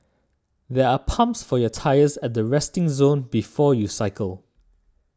there are pumps for your tyres at the resting zone before you cycle